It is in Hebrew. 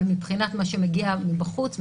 אבל מבחינת מה שמגיע מבחוץ,